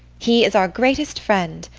he is our greatest friend,